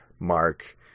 Mark